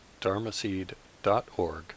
dharmaseed.org